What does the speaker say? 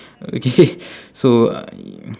okay so I'm